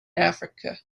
africa